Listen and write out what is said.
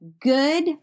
good